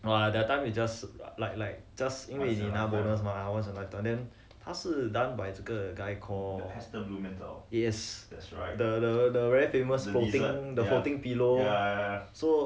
!wah! that time we just like like just 因为 enough bonus mah 没有想太多:mei you xiang taiduo and then 他是 done by 这个 guy called yes the the the very famous the cooking pillow so